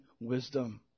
wisdom